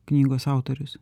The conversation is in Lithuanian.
knygos autorius